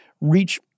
reach